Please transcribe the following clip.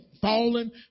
fallen